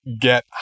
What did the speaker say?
get